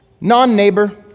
non-neighbor